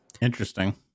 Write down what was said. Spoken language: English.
Interesting